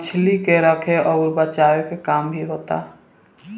मछली के रखे अउर बचाए के काम भी होता